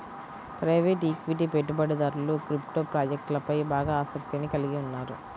private equity పెట్టుబడిదారులు crypto ప్రాజెక్ట్లపై బాగా ఆసక్తిని కలిగి ఉన్నారు